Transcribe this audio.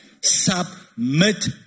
submit